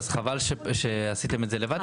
אז חבל שעשיתם את זה לבד,